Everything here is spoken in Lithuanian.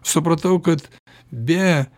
supratau kad be